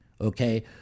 Okay